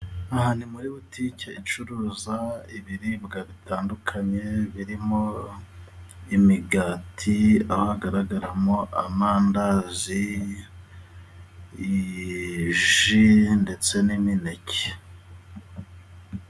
Aha ni muri botike icuruza ibiribwa bitandukanye， birimo imigati，aho haragaragaramo amandazi，ji ndetse n'imineke.